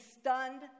stunned